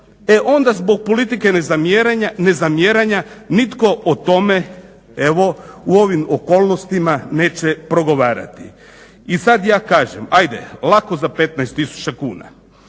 e onda zbog politike nezamjeranja nitko o tome evo u ovim okolnostima neće progovarati. I sad ja kažem, ajde lako za 15 tisuća